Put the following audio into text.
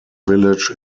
village